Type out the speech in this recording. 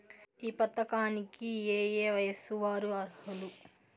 ఈ పథకానికి ఏయే వయస్సు వారు అర్హులు?